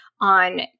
on